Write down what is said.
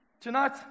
Tonight